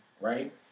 Right